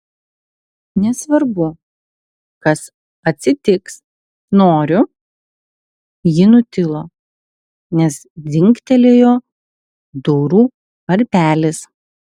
nesvarbu kas atsitiks noriu ji nutilo nes dzingtelėjo durų varpelis